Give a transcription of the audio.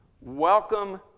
Welcome